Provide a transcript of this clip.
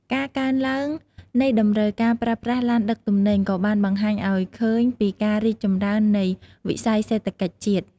ការកើនឡើងនៃតម្រូវការប្រើប្រាស់ឡានដឹកទំនិញក៏បានបង្ហាញឱ្យឃើញពីការរីកចម្រើននៃវិស័យសេដ្ឋកិច្ចជាតិ។